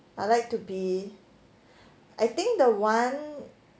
I'd like to be I think the one